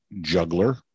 juggler